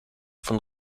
von